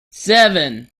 seven